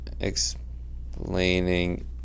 explaining